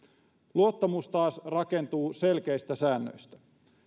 luottamus taas rakentuu selkeistä säännöistä